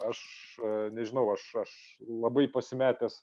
aš nežinau aš aš labai pasimetęs